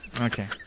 Okay